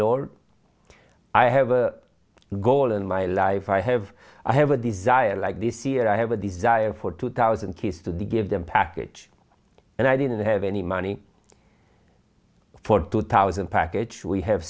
lord i have a goal in my life i have i have a desire like this here i have a desire for two thousand kids to give them package and i didn't have any money for two thousand package we have